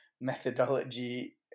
methodology